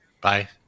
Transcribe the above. Bye